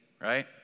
Right